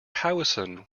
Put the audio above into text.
howison